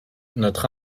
notre